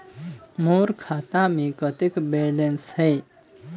मोर खाता मे कतेक बैलेंस हे?